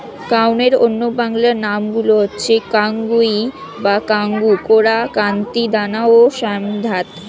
কাউনের অন্য বাংলা নামগুলো হচ্ছে কাঙ্গুই বা কাঙ্গু, কোরা, কান্তি, দানা ও শ্যামধাত